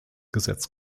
gesetz